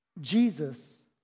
Jesus